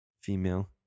Female